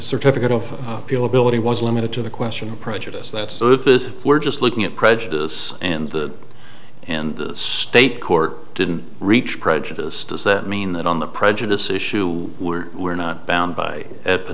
certificate of appeal ability was limited to the question of prejudice that surface if we're just looking at prejudice and the and the state court didn't reach prejudiced does that mean that on the prejudice issue we're not bound by at the